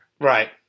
Right